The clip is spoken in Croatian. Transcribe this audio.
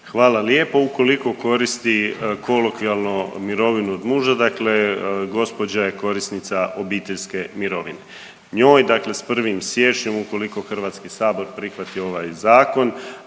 Hvala lijepo. Ukoliko koristi kolokvijalno mirovinu od muža dakle gospođa je korisnica obiteljske mirovine. Njoj dakle s 1. siječnjom ukoliko HS prihvati ovaj zakon